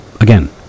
Again